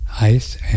ice